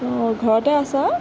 অঁ ঘৰতে আছা